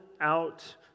out